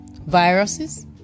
viruses